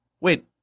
Wait